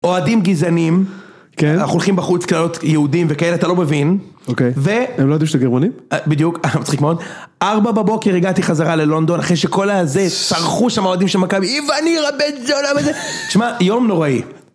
אוהדים גזענים, אנחנו הולכים בחוץ, קללות יהודים וכאלה, אתה לא מבין. אוקיי. והם... הם לא יודעים שאתה גרמני? בדיוק. מצחיק מאוד. ארבע בבוקר הגעתי חזרה ללונדון, אחרי שכל הזה, צרחו שם אוהדים של מכבי, איווניר הבן זונה וזה, תשמע, יום נוראי.